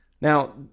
Now